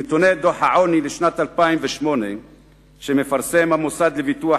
מנתוני דוח העוני לשנת 2008 שמפרסם המוסד לביטוח